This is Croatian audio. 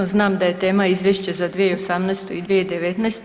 Znam da je tema Izvješće za 2018. i 2019.